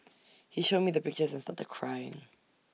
he showed me the pictures and started crying